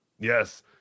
Yes